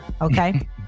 okay